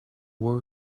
war